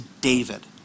David